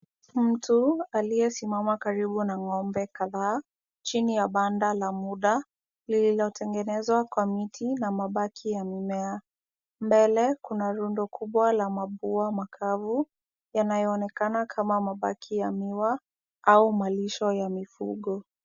Mtu aliyesimama karibu na ng'ombe kadhaa chini ya banda la muda lililotengenezwa kwa miti na mabaki ya mimea. Mbele kuna rundo kubwa la mabua makavu yanayoonekana kama mabaki ya miwa au malisho ya mifugo.